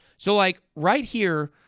so like, right here,